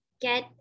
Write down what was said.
get